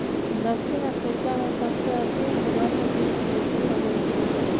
दक्षिण अफ्रीका में सबसे अधिक वन्यजीव खेती होबा हई